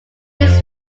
makes